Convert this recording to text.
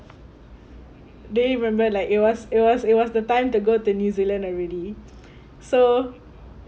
they remember like it was it was it was the time to go to new zealand already so